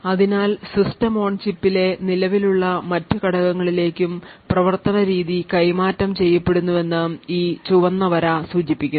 അതിനാൽ system on chip ലെ നിലവിലുള്ള മറ്റ് ഘടകങ്ങളിലേക്കും പ്രവർത്തനരീതി കൈമാറ്റം ചെയ്യപ്പെടുന്നുവെന്ന് ഈ ചുവന്ന വര സൂചിപ്പിക്കുന്നു